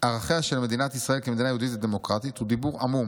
ערכיה של מדינת ישראל כמדינה יהודית ודמוקרטית הוא דיבור עמום'"